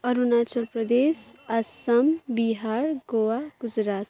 Arunachal Pradesh Assam Bihar Goa Gujarat